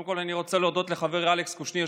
קודם כול אני רוצה להודות לחבר אלכס קושניר,